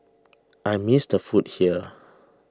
I miss the food here